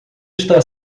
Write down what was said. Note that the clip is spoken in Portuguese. está